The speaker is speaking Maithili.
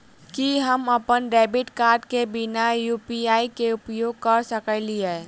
की हम अप्पन डेबिट कार्ड केँ बिना यु.पी.आई केँ उपयोग करऽ सकलिये?